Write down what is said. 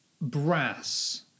brass